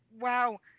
wow